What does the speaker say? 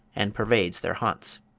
and pervades their haunts.